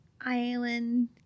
Island